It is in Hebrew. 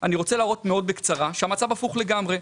אני רוצה להראות מאוד בקצרה שהמצב הפוך לגמרי.